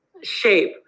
shape